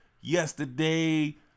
yesterday